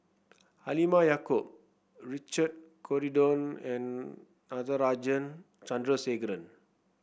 Halimah Yacob Richard Corridon and Natarajan Chandrasekaran